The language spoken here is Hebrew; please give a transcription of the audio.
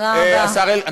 השר אלקין,